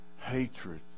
Hatred